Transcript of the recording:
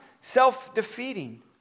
self-defeating